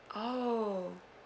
oh